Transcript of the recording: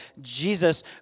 Jesus